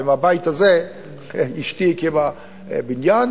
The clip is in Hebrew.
ומהבית הזה אשתי הקימה בניין,